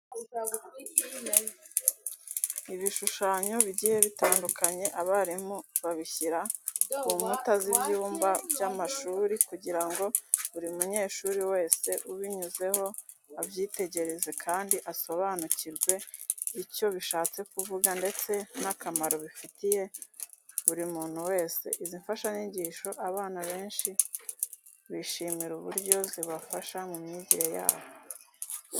Ibishushanyo bigiye bitandukanye abarimu babishyira ku nkuta z'ibyumba by'amashuri kugira ngo buri munyeshuri wese ubinyuzeho abyitegereze kandi asobanukirwe icyo bishatse kuvuga ndetse n'akamaro bifitiye buri muntu wese. Izi mfashanyigisho abana benshi bishimira uburyo zibafasha mu myigire yabo.